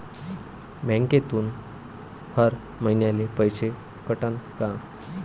बँकेतून हर महिन्याले पैसा कटन का?